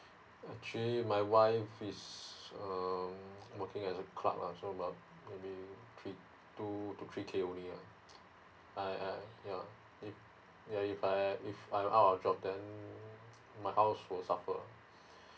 actually my wife is err working as a clerk ah so err maybe three two to three K only ah I I yeah if I if I out of job then my house will suffer ah